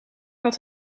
had